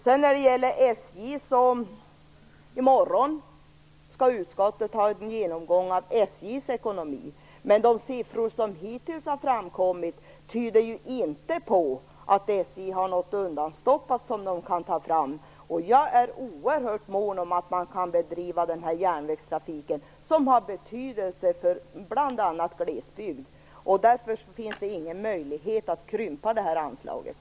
Utskottet skall i morgon ha en genomgång av SJ:s ekonomi, men de siffror som hittills har framkommit tyder inte på att SJ har något undanstoppat som man kan ta fram. Jag är oerhört mån om att SJ skall kunna bedriva den här järnvägstrafiken, som har betydelse för bl.a. glesbygden. Därför finns ingen möjlighet att krympa det här anslaget.